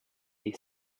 they